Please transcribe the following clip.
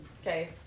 Okay